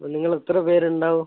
നിങ്ങൾ എത്ര പേരുണ്ടാവും